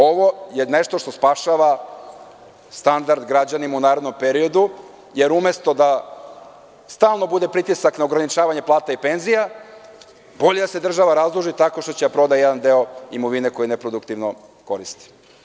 Ovo je nešto što spašava standard građanima u narednom periodu jer umesto da stalno bude pritisak na ograničavanje plata i penzija, bolje da se država razduži tako što će da proda jedan deo imovine koja neproduktivno koristi.